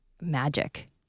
magic